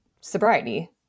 sobriety